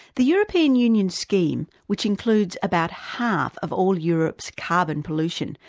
the european union scheme, which includes about half of all europe's carbon pollution,